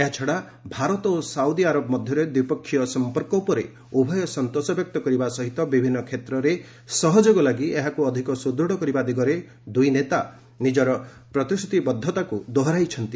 ଏହାଛଡ଼ା ଭାରତ ଓ ସାଉଦି ଆରବ ମଧ୍ୟରେ ଦ୍ୱିପକ୍ଷୀୟ ସମ୍ପର୍କ ଉପରେ ଉଭୟ ସନ୍ତୋଷ ବ୍ୟକ୍ତ କରିବା ସହିତ ବିଭିନ୍ନ କ୍ଷେତ୍ରରେ ସହଯୋଗ ଲାଗି ଏହାକୁ ଅଧିକ ସୁଦୂତ୍ କରିବା ଦିଗରେ ଦୁଇ ନେତା ନିଜର ପ୍ରତିଶ୍ରତିବଦ୍ଧତାକୁ ଦୋହରାଇଛନ୍ତି